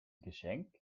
geschenk